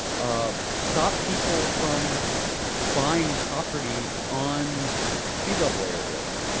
ah stop people from buying property on sea level areas?